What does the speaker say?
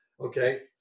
Okay